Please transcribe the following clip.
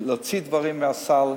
להוציא דברים מהסל,